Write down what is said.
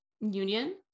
union